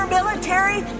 military